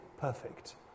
perfect